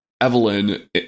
Evelyn